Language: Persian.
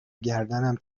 گردنم